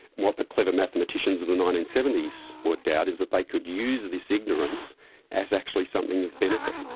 what the clever mathematicians of the nineteen seventy s worked out is that they could use this ignorance as actually something of benefit.